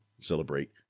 celebrate